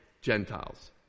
Gentiles